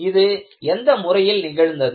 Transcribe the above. இது எந்த முறையில் நிகழ்ந்தது